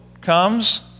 comes